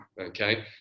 okay